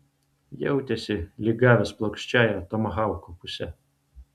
jautėsi lyg gavęs plokščiąja tomahauko puse